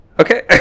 Okay